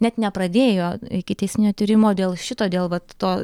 net nepradėjo ikiteisminio tyrimo dėl šito dėl vat to